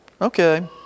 Okay